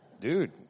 dude